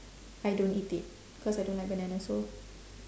I don't eat it cause I don't like bananas so